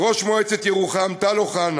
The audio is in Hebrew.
ראש מועצת ירוחם טל אוחנה